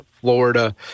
Florida